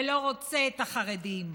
ולא רוצה את החרדים.